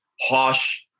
harsh